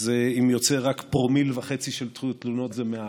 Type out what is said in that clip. ויוצא רק פרומיל וחצי של תלונות, זה מעט.